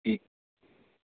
जी